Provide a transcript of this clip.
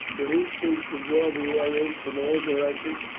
the heat seems to draw the air in from all directions,